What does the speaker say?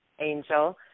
Angel